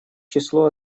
числу